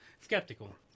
skeptical